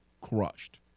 crushed